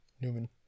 Newman